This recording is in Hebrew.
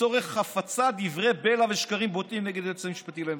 לצורך הפצת דברי בלע ושקרים בוטים נגד היועץ המשפטי לממשלה.